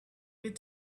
with